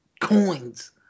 coins